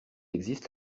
existe